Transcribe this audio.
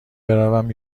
بروم